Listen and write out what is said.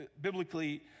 biblically